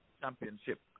Championship